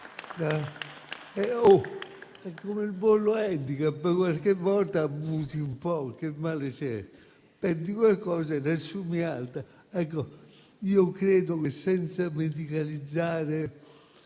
è come il bollo *handicap*, qualche volta ne abusi un po', che male c'è? Perdi qualcosa e ne assumi un'altra. Io credo che, senza medicalizzare,